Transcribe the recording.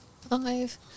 five